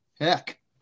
heck